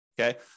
Okay